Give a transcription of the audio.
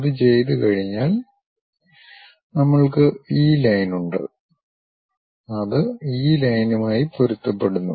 അത് ചെയ്തുകഴിഞ്ഞാൽ നമ്മൾക്ക് ഈ ലൈനുണ്ട് അത് ഈ ലൈനുമായി പൊരുത്തപ്പെടുന്നു